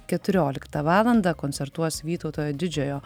keturioliktą valandą koncertuos vytautojo didžiojo